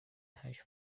hash